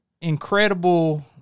incredible